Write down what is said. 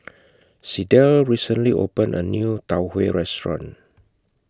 Sydell recently opened A New Tau Huay Restaurant